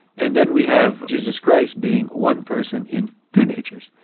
and then we have jesus christ being one person in two natures.